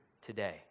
today